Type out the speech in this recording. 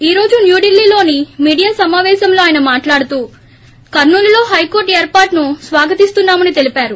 ఈ రోజు న్యూఢిల్లీలోని మీడియా సమాపేశంలో ఆయన మాట్లాడుతూ కర్సూలులో హైకోర్టు ఏర్పాటును స్వాగతిస్తున్నామని తెలిపారు